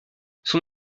son